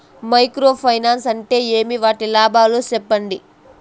Micro finance అంటే ఏమి? వాటి లాభాలు సెప్పండి?